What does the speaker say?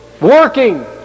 Working